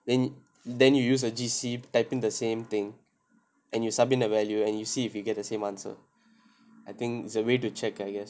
then then you use a G_C type in the same thing and you sub in the value and you see if you get the same answer I think is a way to check I guess